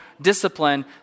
discipline